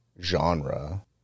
genre